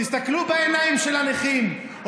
תסתכלו בעיניים של הנכים,